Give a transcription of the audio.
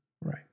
Right